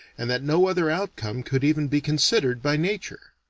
and that no other outcome could even be considered by nature.